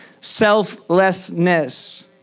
selflessness